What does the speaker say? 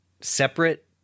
separate